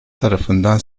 tarafından